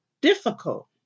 difficult